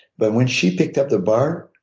but when she picked up the bar,